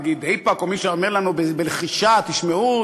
נגיד איפא"ק או מי שהיה אומר לנו בלחישה: תשמעו,